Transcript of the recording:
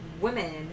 women